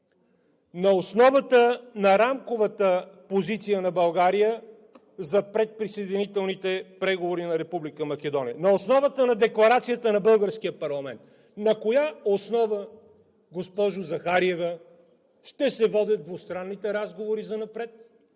на основата на рамковата позиция на България за предприсъединителните преговори на Република Македония, на основата на Декларацията на българския парламент. На коя основа, госпожо Захариева, ще се водят двустранните разговори занапред?